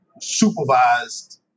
supervised